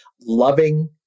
loving